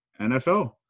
NFL